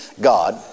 God